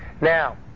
Now